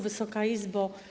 Wysoka Izbo!